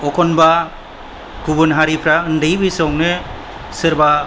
अखनबा गुबुन हारिफ्रा उन्दै बैसोआवनो सोरबा